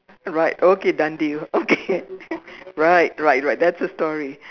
right okay done deal okay right right right that's a story